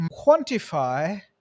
quantify